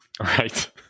Right